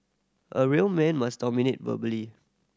a real man must dominate verbally